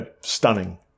stunning